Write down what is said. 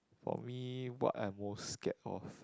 for me what I'm most scared of